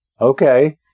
Okay